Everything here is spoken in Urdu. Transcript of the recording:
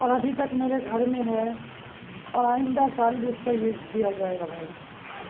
اور ابھی تک میرے گھر میں ہے اور آئندہ سال بھی اس کا یوز کیا جائے گا بھائی